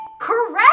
Correct